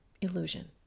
illusion